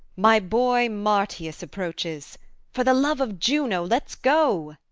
my boy marcius approaches for the love of juno, let's go.